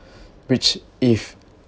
which if